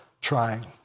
trying